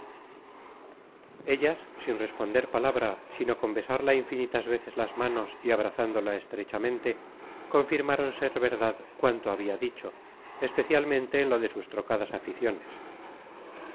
ellas sin responder palabra sino con besarla infinitas veces las manos y abrazándola estrechamente confirmaron ser verdad cuanto habia dicho especialmente en lo de sus trocadas aficiones